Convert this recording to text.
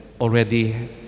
already